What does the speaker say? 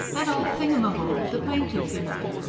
that old thingumbob, the plaintiff, ye know,